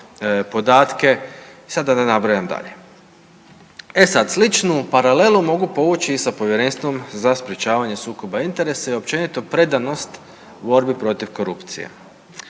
podatke i sad da ne nabrajam dalje. E sad, sličnu paralelu mogu povući i sa Povjerenstvom za sprječavanje sukoba interesa i općenito predanost borbi protiv korupcije.